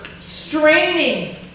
straining